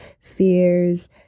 fears